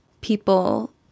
people